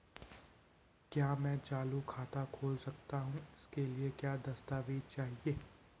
क्या मैं चालू खाता खोल सकता हूँ इसके लिए क्या क्या दस्तावेज़ चाहिए?